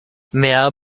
mail